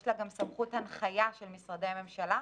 יש לה גם סמכות הנחיה של משרדי ממשלה,